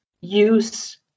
use